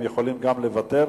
הם יכולים גם לוותר.